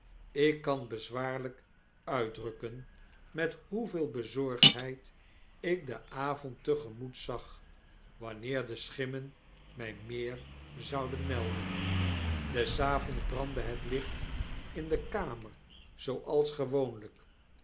ik kan bezwaarlyk uitdrukken met hoeveel bezorgdheid ik den avond te gemoet zag wanneer de schimmen mij meer zouden melden des avonds brandde het licht in de kamer zooals gewoonlyk